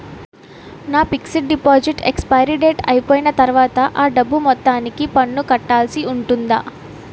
నా fixed deposit expiry date అయిపోయిన తర్వాత అ డబ్బు మొత్తానికి పన్ను కట్టాల్సి ఉంటుందా?